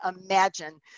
imagine